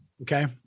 Okay